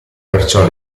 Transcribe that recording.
perciò